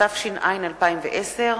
התש"ע 2010,